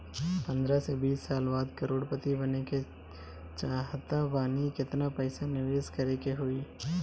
पंद्रह से बीस साल बाद करोड़ पति बने के चाहता बानी केतना पइसा निवेस करे के होई?